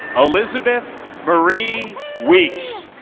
elizabeth marie weeks.